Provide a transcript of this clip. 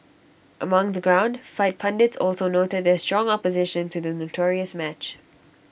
among the ground fight pundits also noted their strong opposition to the notorious match